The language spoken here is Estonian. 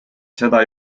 seda